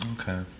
Okay